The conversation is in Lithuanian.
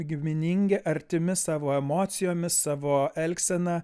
giminingi artimi savo emocijomis savo elgsena